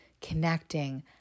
connecting